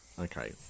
Okay